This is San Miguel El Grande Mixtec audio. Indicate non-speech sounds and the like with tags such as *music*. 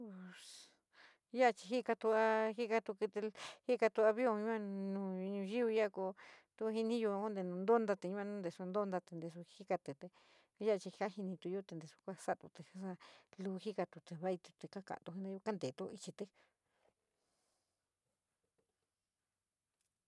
*noise* ya chí jikatu, jikatu kí, jikatu avion nu nayúí koo to jintyo konte nu ntontetí, ínese ntodí fí masa jikateí yo chr kajinriyo te natasa satúlí lu jikateí te váití te kakateyo jenayo, kanteeto ichití.